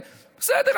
בסדר,